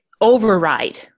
override